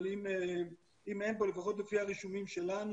אבל אם אין פה אז לפחות לפי הרישומים שלנו